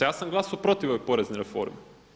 Ja sam glasao protiv ove porezne reforme.